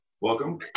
Welcome